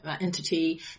entity